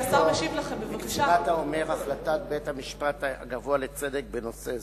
אבקש לסקור בקצירת האומר החלטת בית-המשפט הגבוה לצדק בנושא זה.